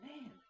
man